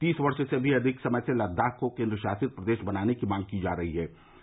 तीस वर्ष से भी अधिक समय से लद्दाख को केन्द्रशासित प्रदेश बनाने की मांग की जा रही थी